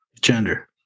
gender